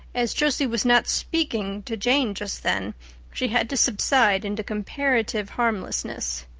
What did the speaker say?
as josie was not speaking to jane just then she had to subside into comparative harmlessness.